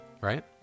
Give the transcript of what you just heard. right